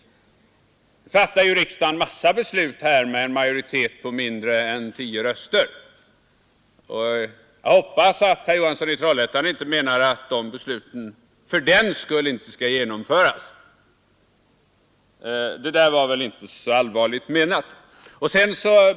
Nu fattar ju riksdagen en massa beslut med en majoritet av mindre än tio röster, och jag hoppas att herr Johansson i Trollhättan inte menar att de besluten fördenskull inte skall genomföras. Men det där var väl inte så allvarligt menat.